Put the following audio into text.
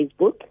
Facebook